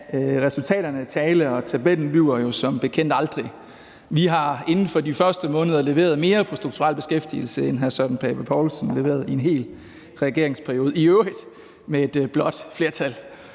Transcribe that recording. resultaterne tale, og tabellen lyver jo som bekendt aldrig. Vi har inden for de første måneder leveret mere i strukturel beskæftigelse, end hr. Søren Pape Poulsen leverede i en hel regeringsperiode, i øvrigt med et blåt flertal.